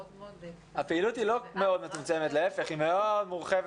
הפעילות לא מאוד מצומצמת, להיפך, היא מאוד מורחבת.